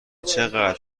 چقدر